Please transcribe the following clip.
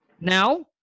Now